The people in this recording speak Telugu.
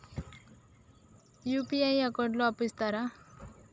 యూ.పీ.ఐ అకౌంట్ లో అప్పు ఇస్తరా?